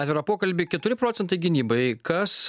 atvirą pokalbį keturi procentai gynybai kas